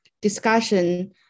discussion